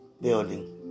building